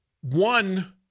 one